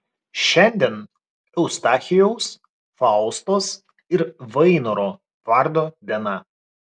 šiandien eustachijaus faustos ir vainoro vardo diena